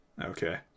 Okay